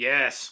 Yes